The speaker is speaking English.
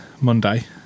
Monday